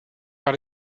par